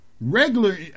regular